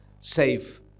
safe